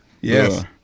yes